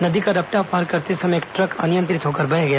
नदी का रपटा पार करते समय एक ट्रक अनियंत्रित होकर बह गया